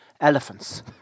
elephants